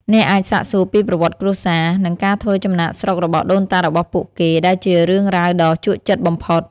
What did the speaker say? អ្នកអាចសាកសួរពីប្រវត្តិគ្រួសារ និងការធ្វើចំណាកស្រុករបស់ដូនតារបស់ពួកគេ ដែលជារឿងរ៉ាវដ៏ជក់ចិត្តបំផុត។